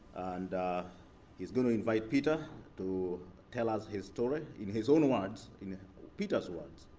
and she's going to invite peter to tell us his story in his own words, in peter's words,